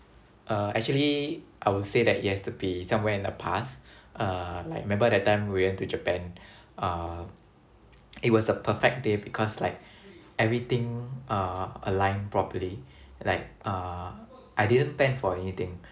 uh actually I will say that it has to be somewhere in the past uh like remember that time we went to japan uh it was a perfect day because like everything uh aligned properly like uh I didn't plan for anything